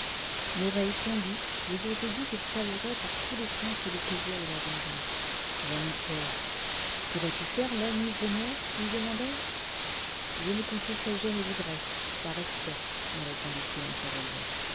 l'oreille tendue vous auriez dit qu'il savourait par tous les sens le plaisir de la vengeance j'en eus peur pourrais-tu faire l'homme ivre-mort lui demandais-je je ne contrefais jamais l'ivresse par respect me répondit-il en se relevant